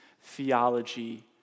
theology